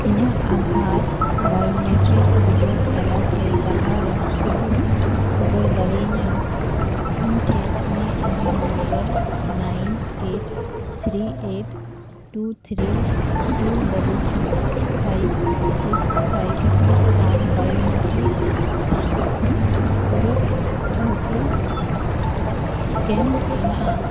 ᱤᱧᱟᱹᱜ ᱟᱫᱷᱟᱨ ᱵᱟᱭᱳᱢᱮᱴᱨᱤᱠ ᱵᱤᱰᱟᱹᱣ ᱛᱟᱞᱟᱛᱮ ᱰᱟᱦᱟᱨᱮᱢ ᱩᱫᱩᱜ ᱥᱚᱫᱚᱨ ᱫᱟᱲᱮᱭᱤᱧᱟᱹ ᱤᱧ ᱴᱷᱮᱱ ᱤᱧᱟᱹᱜ Aadhaar number nine eight three eight two three two double six five six five ᱟᱨ ᱵᱟᱭᱳᱢᱮᱴᱨᱤᱠ ᱴᱷᱮᱱ ᱚᱰᱳᱠ ᱴᱷᱟᱶᱠᱟᱹ ᱥᱠᱮᱱ ᱢᱮᱱᱟᱜᱼᱟ